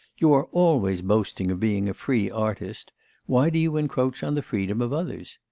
you are always boasting of being a free artist why do you encroach on the freedom of others?